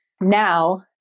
now